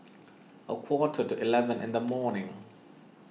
a quarter to eleven in the morning